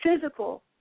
physical